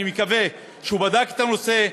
אני מקווה שהוא בדק את הנושא,